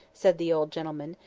said the old gentleman,